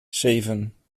zeven